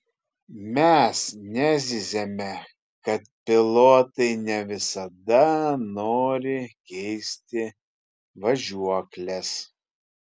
mes nezyziame kad pilotai ne visada nori keisti važiuokles